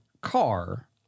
car